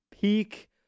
peak